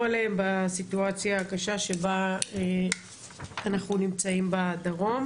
עליהן בסיטואציה הקשה שבה אנחנו נמצאים בדרום.